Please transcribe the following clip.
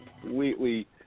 completely